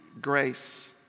grace